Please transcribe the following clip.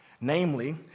Namely